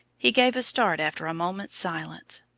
he gave a start after a moment's silence.